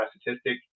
statistic